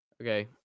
Okay